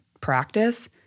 practice